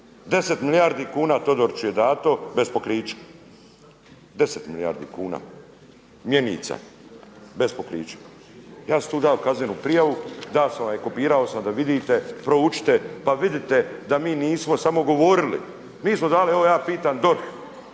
10 milijardi kuna Todoriću je dato bez pokrića, 10 milijardi kuna mjenica bez pokrića. Ja sam tu dao kaznenu prijavu, dao sam vam i kopirao sam da vidite, proučite pa vidite da mi nismo samo govorili. Mi smo dali, evo ja pitam DORH,